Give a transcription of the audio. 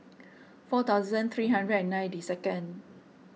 four thousand three hundred and ninety second